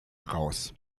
heraus